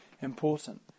important